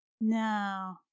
No